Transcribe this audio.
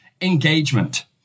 engagement